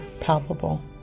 palpable